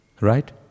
right